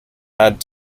had